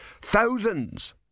Thousands